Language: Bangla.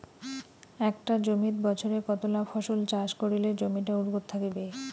একটা জমিত বছরে কতলা ফসল চাষ করিলে জমিটা উর্বর থাকিবে?